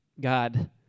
God